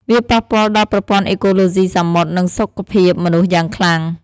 វាប៉ះពាល់ដល់ប្រព័ន្ធអេកូឡូស៊ីសមុទ្រ និងសុខភាពមនុស្សយ៉ាងខ្លាំង។